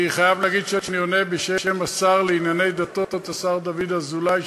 אני חייב להגיד שאני עונה בשם השר לשירותי דת דוד אזולאי,